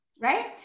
Right